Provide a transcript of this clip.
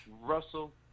Russell